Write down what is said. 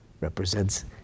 represents